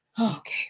Okay